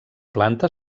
planta